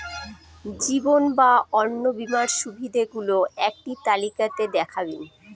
জীবন বা অন্ন বীমার সুবিধে গুলো একটি তালিকা তে দেখাবেন?